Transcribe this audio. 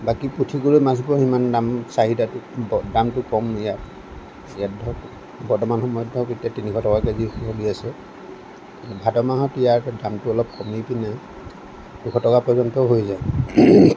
বাকী পুঠি গৰৈ মাছবোৰৰ ইমান দাম চাহিদা দামটো কম ইয়াত ইয়াত ধৰক বৰ্তমান সময়ত ধৰক এতিয়া তিনিশ টকা কেজি চলি আছে ভাদ মাহত ইয়াৰ দামটো অলপ কমি পেনি দুশ টকা পৰ্যন্তও হৈ যায়